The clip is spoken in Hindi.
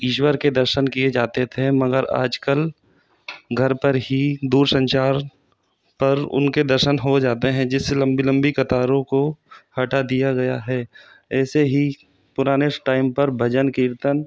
ईश्वर के दर्शन किए जाते थे मगर आज कल घर पर ही दूरसंचार पर उनके दर्शन हो जाते हैं जिस से लंबी लंबी कतारों को हटा दिया गया है ऐसे ही पुराने स टाइम पर भजन कीर्तन